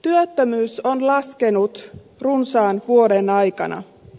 työttömyys on laskenut runsaan vuoden aikana